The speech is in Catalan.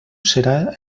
serà